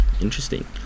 Interesting